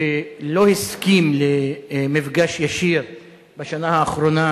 שלא הסכים למפגש ישיר בשנה האחרונה